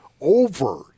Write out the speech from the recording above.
over